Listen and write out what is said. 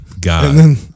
God